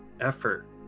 effort